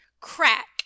Crack